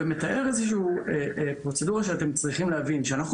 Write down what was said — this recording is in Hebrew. ומתאר איזו שהיא פרוצדורה שאתם צריכים להבין: כשאנחנו